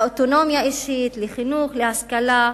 לאוטונומיה אישית, לחינוך, להשכלה,